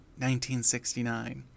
1969